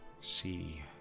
see